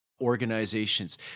organizations